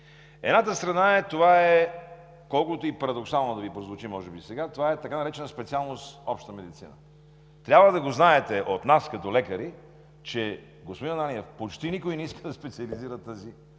Едната страна, колкото и парадоксално да Ви прозвучи сега, това е така наречената специалност „Обща медицина“. Трябва да го знаете от нас като лекари, че, господин Ананиев, почти никой не иска да специализира тази